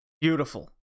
beautiful